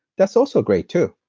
that's also great, too.